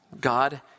God